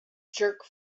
jerk